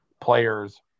players